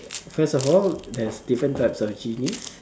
first of all there's different types of genies